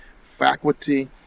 faculty